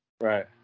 Right